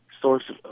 source